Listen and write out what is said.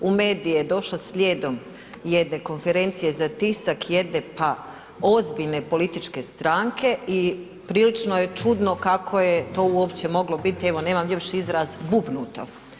U medije je došlo slijedom jedne konferencije za tisak, jedne pa ozbiljne političke stranke i prilično je čudno kako je to uopće moglo biti, evo nema još izraz, bubnuto.